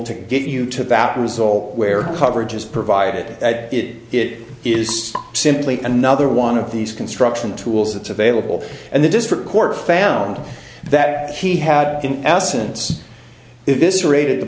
to get you to that result where coverage is provided at it it is simply another one of these construction tools that's available and the district court found that he had in essence if this raided the